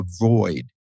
avoid